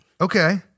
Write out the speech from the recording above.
Okay